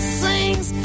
sings